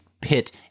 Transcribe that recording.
pit